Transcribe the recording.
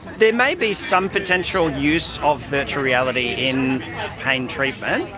there may be some potential use of virtual reality in pain treatment,